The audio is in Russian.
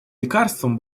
лекарствам